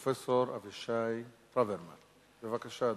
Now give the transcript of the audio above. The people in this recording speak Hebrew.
חבר הכנסת הפרופסור אבישי ברוורמן בבקשה,